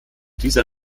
dieser